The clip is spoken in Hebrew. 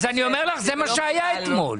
אני אומר לך שזה מה שהיה אתמול.